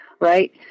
right